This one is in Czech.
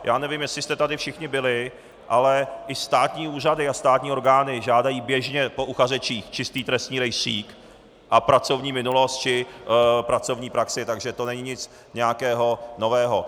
Já nevím, jestli jste tady všichni byli, ale státní úřady, státní orgány žádají běžně po uchazečích čistý trestní rejstřík a pracovní minulost či pracovní praxi, takže to není nic nového.